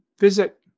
visit